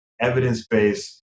evidence-based